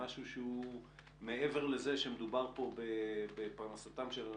למשהו שהוא מעבר לזה שמדובר פה על פרנסתם של אנשים,